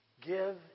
give